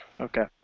Okay